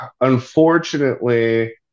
unfortunately